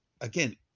again